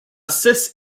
cis